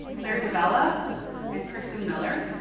claire dibella and kristin miller,